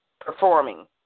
performing